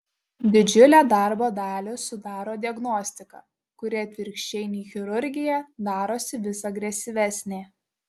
didžiulę darbo dalį sudaro diagnostika kuri atvirkščiai nei chirurgija darosi vis agresyvesnė